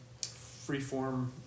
freeform